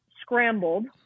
scrambled